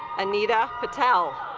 anita patel